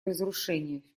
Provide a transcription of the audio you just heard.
разрушение